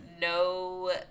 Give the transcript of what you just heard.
no